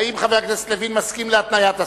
האם חבר הכנסת לוין מסכים להתניית השר?